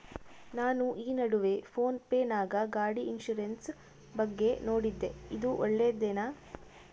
ನಾನು ಈ ನಡುವೆ ಫೋನ್ ಪೇ ನಾಗ ಗಾಡಿ ಇನ್ಸುರೆನ್ಸ್ ಬಗ್ಗೆ ನೋಡಿದ್ದೇ ಇದು ಒಳ್ಳೇದೇನಾ?